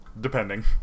Depending